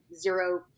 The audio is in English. zero